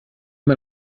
man